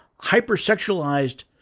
hypersexualized